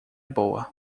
boa